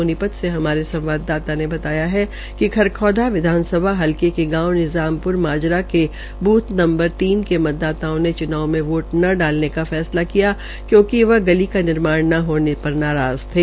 साजीपत से हमारे संवादाता ने बताया कि खरखौदा विधानसभा हलके के गांव निज़ाम पुर माजरा के बूथ तीन के मतदाताओं ने च्नाव में वाष्ट न डालने का फैसला लिया कयूंकि वह गली का निर्माण न हाजे पर नाराज़ थे